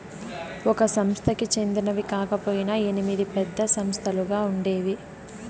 ఒక సంస్థకి చెందినవి కాకపొయినా ఎనిమిది పెద్ద సంస్థలుగా ఉండేవి